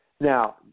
Now